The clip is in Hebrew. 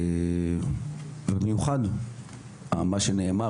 ובמיוחד מה שנאמר,